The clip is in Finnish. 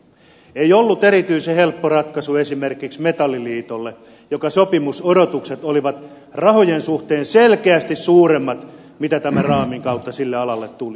tämä ei ollut erityisen helppo ratkaisu esimerkiksi metalliliitolle jonka sopimusodotukset olivat rahojen suhteen selkeästi suuremmat kuin mitä tämän raamin kautta sille alalle tuli